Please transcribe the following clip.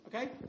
Okay